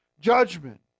judgment